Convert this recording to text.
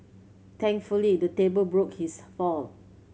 thankfully the table broke his fall